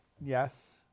Yes